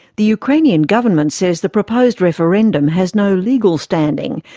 the ukrainian government says the proposed referendum has no legal standing,